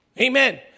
Amen